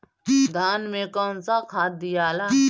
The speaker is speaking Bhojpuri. धान मे कौन सा खाद दियाला?